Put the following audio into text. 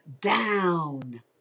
down